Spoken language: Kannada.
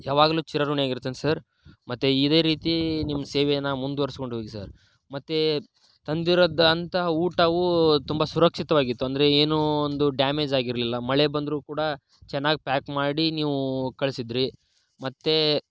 ಯಾವಾಗಲೂ ಚಿರಋಣಿ ಆಗಿರ್ತೀನಿ ಸರ್ ಮತ್ತೆ ಇದೇ ರೀತಿ ನಿಮ್ಮ ಸೇವೆನ ಮುಂದುವರ್ಸ್ಕೊಂಡು ಹೋಗಿ ಸರ್ ಮತ್ತು ತಂದಿರೋಂಥ ಊಟವೂ ತುಂಬ ಸುರಕ್ಷಿತವಾಗಿತ್ತು ಅಂದರೆ ಏನೂ ಒಂದು ಡ್ಯಾಮೇಜ್ ಆಗಿರಲಿಲ್ಲ ಮಳೆ ಬಂದರೂ ಕೂಡ ಚೆನ್ನಾಗಿ ಪ್ಯಾಕ್ ಮಾಡಿ ನೀವೂ ಕಳಿಸಿದ್ರಿ ಮತ್ತೆ